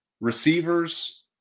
receivers